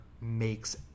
makes